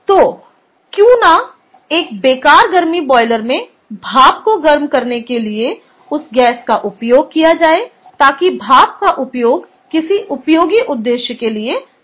तो क्यों न एक बेकार गर्मी बॉयलर में भाप को गर्म करने के लिए उस गैस का उपयोग किया जाए ताकि भाप का उपयोग किसी उपयोगी उद्देश्य के लिए किया जा सके